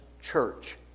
church